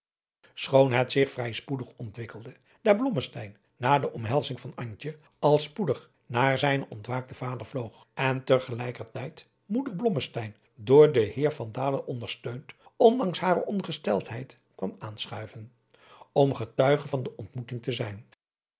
het zich vrij spoedig ontwikkelde daar blommesteyn na de omhelzing van antje al spoedig naar zijnen ontwaakten vader vloog en ter gelijker tijd moeder blommesteyn door den heer van dalen ondersteund ondanks hare ongesteldheid kwam aanschuiven om getuige van de ontmoeting te zijn